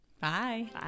Bye